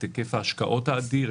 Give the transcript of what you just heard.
את היקף ההשקעות האדיר,